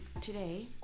today